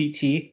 CT